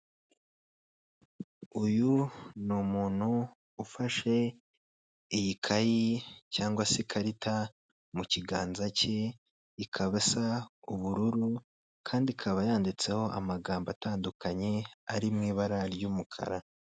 Uyu ni umuntu ufashe ikayi cyangwa se ikarita mu kiganza cye, ikaba isa ubururu kandi ikaba yanditseho amagambo atandukanye ari mu ibara ry'umukara.